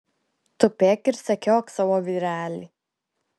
tupėk ir sekiok savo vyrelį